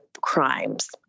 crimes